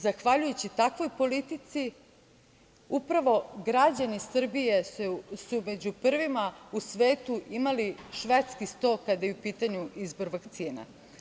Zahvaljujući takvoj politici, upravo građani Srbije su među prvima u svetu imali švedski sto kada je u pitanju izbor vakcina.